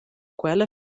quella